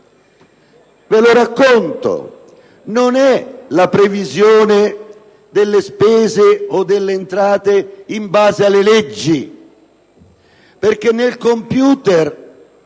Ve lo racconto: non è la previsione delle spese o delle entrate in base alle leggi, perché nel *computer*